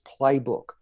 playbook